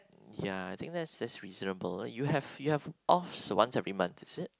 ya I think that's that's reasonable you have you have off once every month is it